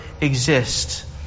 exist